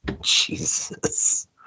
Jesus